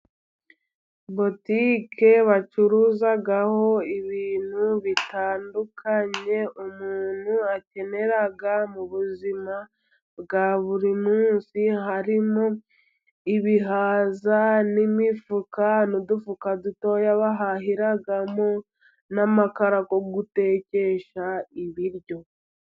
Butiki bacuruzaho ibintu bitandukanye umuntu akenera mu buzima bwa buri munsi. Harimo ibihaza, n’imifuka, n’udufuka dutoya bahahiramo, n’amakara yo gutekesha ibiryo.